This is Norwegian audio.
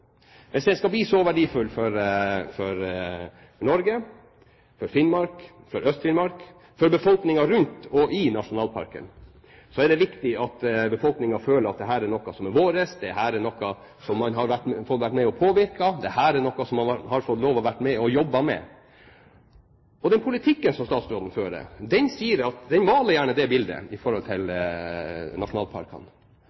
hvis den skal bli så verdifull for Norge, for Finnmark, for Øst-Finnmark og for befolkningen rundt og i nasjonalparken, er det viktig at befolkningen føler at dette er noe som er deres, dette er noe man har fått være med på å påvirke, dette er noe man har fått lov til å være med på å jobbe med. Den politikken som statsråden fører, maler gjerne det bildet når det gjelder nasjonalparkene, men i